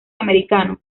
americano